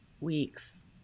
week's